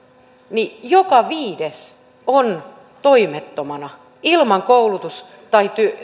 joka viides on toimettomana ilman koulutus tai